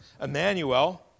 Emmanuel